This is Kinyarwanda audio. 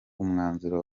umwanzuro